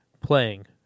playing